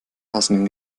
passenden